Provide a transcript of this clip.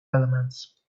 elements